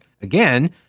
again